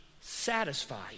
satisfied